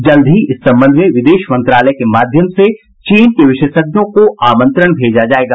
जल्द ही इस संबंध में विदेश मंत्रालय के माध्यम से चीन के विशेषज्ञों को आमंत्रण भेजा जायेगा